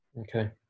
Okay